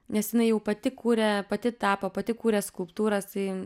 nes jinai jau pati kuria pati tapo pati kuria skulptūras tai